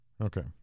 Okay